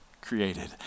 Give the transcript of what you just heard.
created